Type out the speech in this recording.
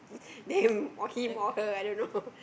them or him or her I don't know